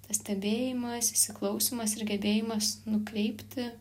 tas stebėjimas įsiklausymas ir gebėjimas nukreipti